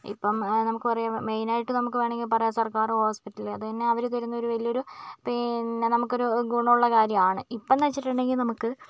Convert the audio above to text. ഇപ്പം നമുക്ക് പറയാം മെയിൻ ആയിട്ട് നമുക്ക് വേണമെങ്കിൽ പറയാം സർക്കാർ ഹോസ്പിറ്റല് അതെന്നെ അവര് തരുന്ന ഒരു വലിയ ഒരു പിന്നെ നമുക്കൊരു ഗുണമുള്ള കാര്യമാണ് ഇപ്പമെന്ന് വെച്ചിട്ടുണ്ടെങ്കിൽ നമുക്ക്